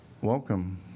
Welcome